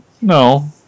no